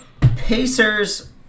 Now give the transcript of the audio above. Pacers